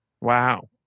Wow